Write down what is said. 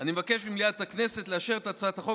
אני מבקש ממליאת הכנסת לאשר את הצעת החוק